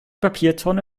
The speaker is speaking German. papiertonne